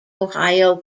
ohio